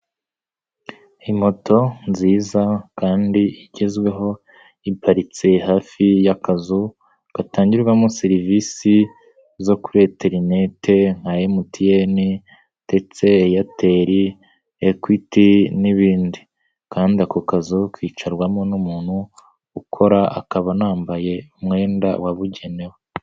Imoto nziza kandi igezweho iparitse hafi y'akazu gatangirwamo serivisi zo kuri interineti nka MTN ndetse Airtel, Equity n'ibindi kandi ako kazu kicarwamo n'umuntu ukora akaba anambaye umwenda wabugenewe.